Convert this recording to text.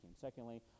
Secondly